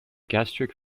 gastric